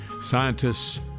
Scientists